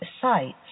sites